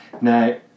Now